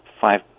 five